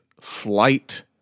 flight